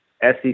SEC